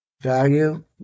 value